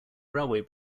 railway